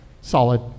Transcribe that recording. solid